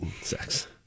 sex